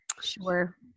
sure